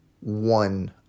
one